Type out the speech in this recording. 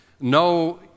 No